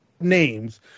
names